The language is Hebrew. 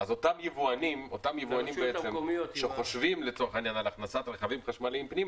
אותם יבואנים שחושבים על הכנסת רכבים חשמליים פנימה